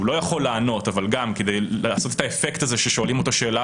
הוא גם לא יכול, כי הוא לא